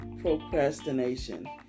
procrastination